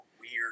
weird